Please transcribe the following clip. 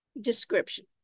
description